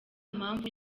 mpamvu